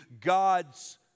God's